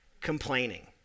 complaining